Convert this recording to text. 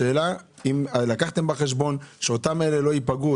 השאלה היא האם לקחתם בחשבון שאותם אלה לא ייפגעו,